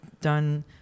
done